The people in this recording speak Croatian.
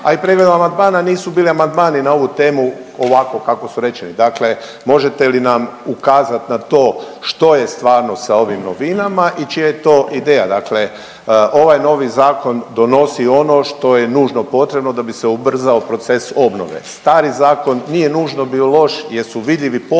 a i … amandmana nisu bili amandmani na ovu temu ovako kako su rečeni. Dakle, možete li nam ukazat na to što je stvarno sa ovim novinama i čija je to ideja? Dakle, ovaj novi zakon donosi ono što je nužno potrebno da bi se ubrzao proces obnove. Stari zakon nije nužno bio loš jer su vidljivi pomaci